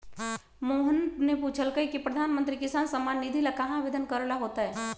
मोहन ने पूछल कई की प्रधानमंत्री किसान सम्मान निधि ला कहाँ आवेदन करे ला होतय?